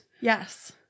Yes